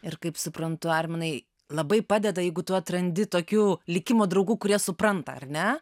ir kaip suprantu arminai labai padeda jeigu tu atrandi tokių likimo draugų kurie supranta ar ne